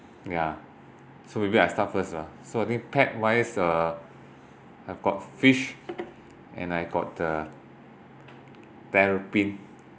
ya so maybe I start first lah so I think pet wise uh I've got fish and I got a terrapin